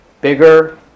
bigger